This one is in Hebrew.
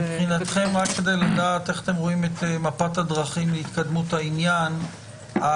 מבחינת מפת הדרכים להתקדמות העניין מצידכם,